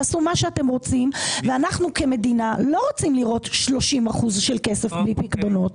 תעשו מה שאתם רוצים ואנחנו כמדינה לא רוצים לראות 30% של כסף מפקדונות.